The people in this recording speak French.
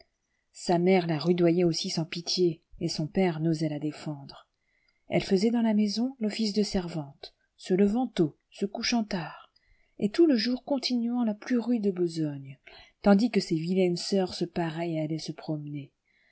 sa mère la rudoyait aussi sans pitié et son père n osait la défendre elle faisait dans la maison l'office de servante se levant tôt se couchant tard et tout le jour continuant la plus rude besogne tandis que ses vilaines sœurs se paraient et allaient se promener